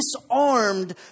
disarmed